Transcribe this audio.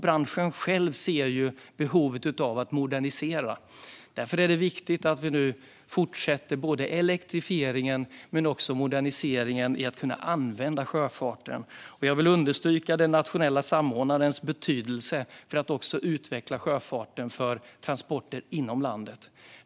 Branschen själv ser ju behovet av att modernisera. Därför är det viktigt att fortsätta med elektrifieringen och moderniseringen i sjöfarten. Jag vill understryka den nationella samordnarens betydelse för att utveckla sjöfarten för transporter inom landet.